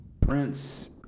Prince